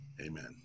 Amen